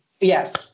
Yes